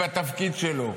ובתפקיד שלו.